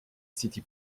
city